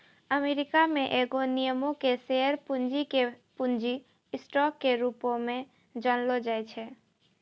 America मे एगो निगमो के शेयर पूंजी के पूंजी स्टॉक के रूपो मे जानलो जाय छै